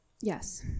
Yes